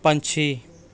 ਪੰਛੀ